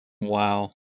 Wow